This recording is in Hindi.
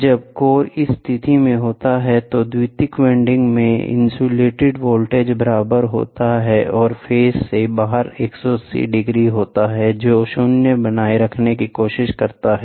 जब कोर इस स्थिति में होता है तो द्वितीयक वाइंडिंग में इंड्यूस्ड वोल्टेज बराबर होता है और फेस से बाहर 180 डिग्री होता है जो शून्य बनाए रखने की कोशिश करता है